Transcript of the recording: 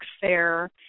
Fair